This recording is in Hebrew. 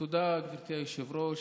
תודה, גברתי היושבת-ראש.